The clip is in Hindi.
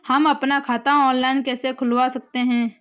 हम अपना खाता ऑनलाइन कैसे खुलवा सकते हैं?